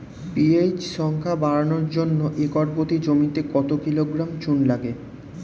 PH সংখ্যা বাড়ানোর জন্য একর প্রতি জমিতে কত কিলোগ্রাম চুন লাগে?